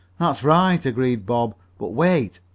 that's right, agreed bob. but wait.